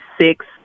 six